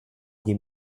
dem